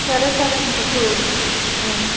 సరే సార్ రేపు మీకు